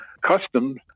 customs